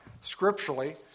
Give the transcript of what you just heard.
scripturally